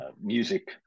music